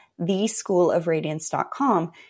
theschoolofradiance.com